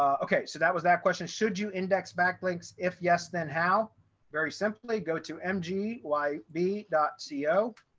okay, so that was that question. should you index backlinks? if yes, then how very simply go to mg y b dot ceo.